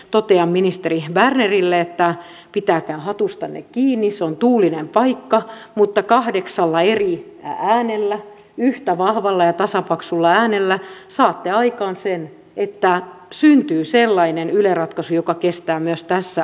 totean ministeri bernerille että pitäkää hatustanne kiinni se on tuulinen paikka mutta kahdeksalla eri äänellä yhtä vahvalla ja tasapaksulla äänellä saatte aikaan sen että syntyy sellainen yle ratkaisu joka kestää myös tässä ajassa